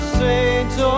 saints